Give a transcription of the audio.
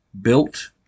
Built